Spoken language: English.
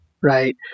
right